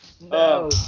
No